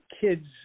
kids